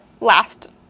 last